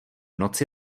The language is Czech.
noci